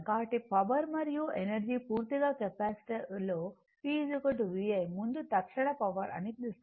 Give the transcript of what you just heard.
కాబట్టి పవర్ మరియు ఎనర్జీ పూర్తిగా కెపాసిటివ్లో p v i ముందు తక్షణ పవర్ అని పిలుస్తారు